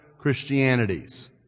Christianities